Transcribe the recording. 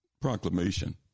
proclamation